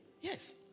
Yes